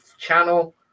channel